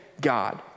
God